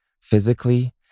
physically